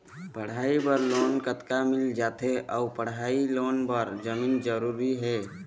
पढ़ई बर लोन कतका मिल जाथे अऊ पढ़ई लोन बर जमीन जरूरी हे?